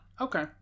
Okay